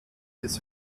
des